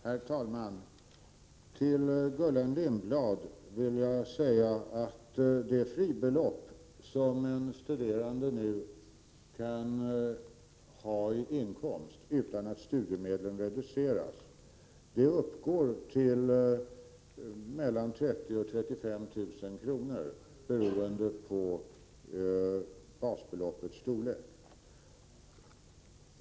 Herr talman! Till Gullan Lindblad vill jag säga att det fribelopp som en studerande nu kan ha i inkomst utan att studiemedlen reduceras uppgår till mellan 30 000 kr. och 35 000 kr. beroende på basbeloppets storlek.